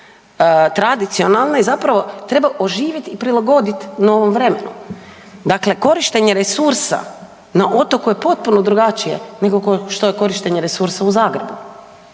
tradicionalne zapravo treba oživjeti i prilagoditi novom vremenu. Dakle korištenje resursa na otoku je potpuno drugačije nego što je korištenje resursa u Zagrebu.